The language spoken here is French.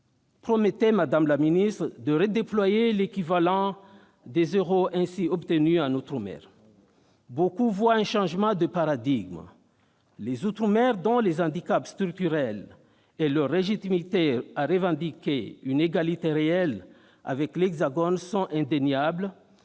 promettez de redéployer l'équivalent des euros ainsi obtenus aux outre-mer. Beaucoup voient un changement de paradigme : les outre-mer, dont les handicaps structurels et la légitimité à revendiquer une égalité réelle avec l'Hexagone sont indéniables,